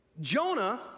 Jonah